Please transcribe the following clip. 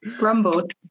Rumbled